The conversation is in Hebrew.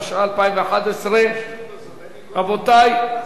התשע"א 2011. רבותי,